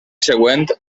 següent